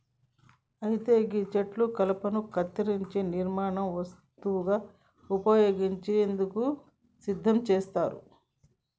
అయితే సెట్లు కలపను కత్తిరించే నిర్మాణ వస్తువుగా ఉపయోగించేందుకు సిద్ధం చేస్తారు